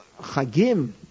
Chagim